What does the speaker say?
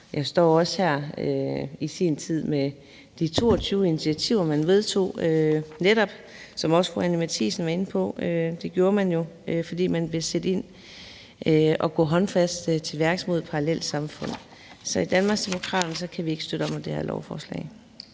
Jeg står også her med de 22 initiativer, man i sin tid vedtog, som fru Anni Matthiesen også var inde på, og det gjorde man jo, fordi man ville sætte ind og gå håndfast til værks mod parallelsamfund. Så i Danmarksdemokraterne kan vi ikke støtte op om det her lovforslag.